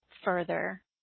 further